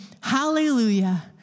hallelujah